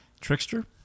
Trickster